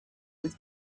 with